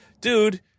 dude